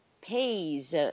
pays